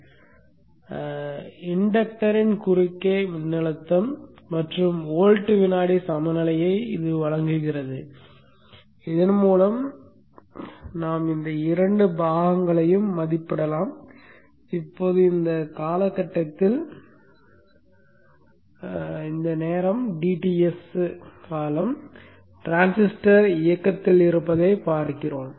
இது மின் இண்டக்டரின் குறுக்கே உள்ள மின்னழுத்தம் மற்றும் வோல்ட் வினாடி சமநிலையை வழங்குகிறது இதன் மூலம் நாம் இந்த இரண்டு பாகங்களையும் மதிப்பிடலாம் இப்போது இந்த காலகட்டத்தில் dTs காலம் டிரான்சிஸ்டர் இயக்கத்தில் இருப்பதைப் பார்ப்போம்